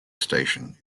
station